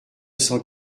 cent